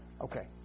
Okay